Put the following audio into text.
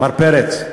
מר פרץ,